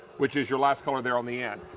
which is your last color there on the end.